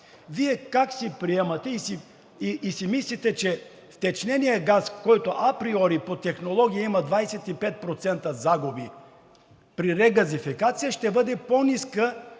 Вие как си приемате и си мислите, че втечненият газ, който априори по технология има 25% загуби при регазификация, ще бъде по-ниска